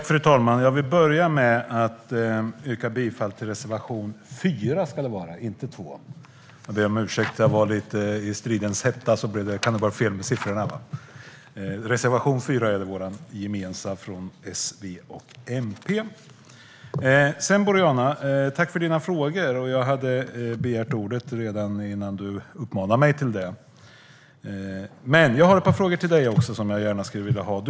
Fru talman! Jag vill börja med att yrka bifall till reservation 4, inte till reservation 2. Jag ber om ursäkt för att jag tog lite fel på siffrorna. Reservation 4 är vår gemensamma reservation från S, V och MP. Tack för dina frågor, Boriana! Jag begärde ordet redan innan du uppmanade mig till det. Men jag har ett par frågor till dig också som jag gärna skulle vilja ha svar på.